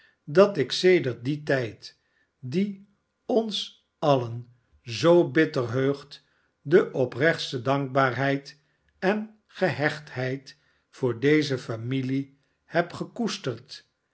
dat ik sedert dien tijd die ons alien zoo bitter heugt de oprechtste dankbaarheid en gehechtheid voor deze familie heb gekoesterd